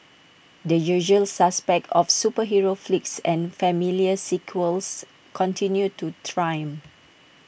the usual suspects of superhero flicks and familiar sequels continued to triumph